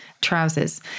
trousers